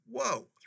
whoa